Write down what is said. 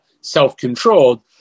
self-controlled